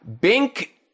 Bink